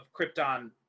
Krypton